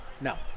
No